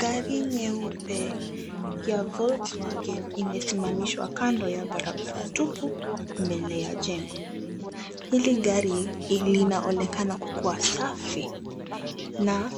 Gari nyeupe ya Volkswagen imesimamishwa kando ya barabara tupu mbele ya jengo. Hili gari linaonekana kukua safi na